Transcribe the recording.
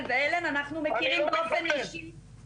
ואלן אנחנו מכירים באופן אישי -- אני לא מתבלבל,